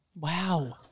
wow